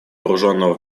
вооруженного